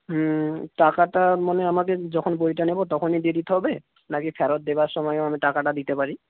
হুম টাকাটা মানে আমাকে যখন বইটা নেব তখনই দিয়ে দিতে হবে না কি ফেরত দেওয়ার সময়ও আমি টাকাটা দিতে পারি